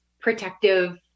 protective